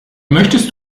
möchtest